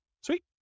Sweet